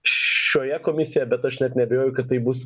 šioje komisijoje bet aš net neabejoju kad tai bus